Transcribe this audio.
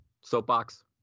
Soapbox